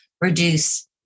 reduce